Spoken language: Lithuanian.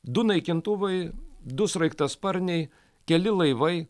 du naikintuvai du sraigtasparniai keli laivai